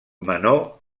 menor